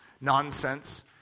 nonsense